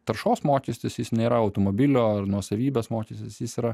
taršos mokestis jis nėra automobilio ar nuosavybės mokestis jis yra